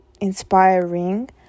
inspiring